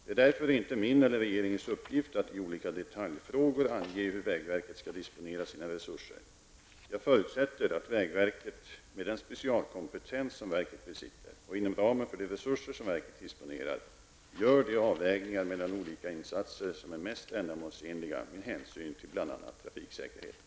Det är därför inte min eller regeringens uppgift att i olika detaljfrågor ange hur vägverket skall disponera sina resurser. Jag förutsätter att vägverket, med den specialkompetens som verket besitter, och inom ramen för de resurser som verket disponerar, gör de avvägningar mellan olika insatser som är mest ändamålsenliga med hänsyn till bl.a. trafiksäkerheten.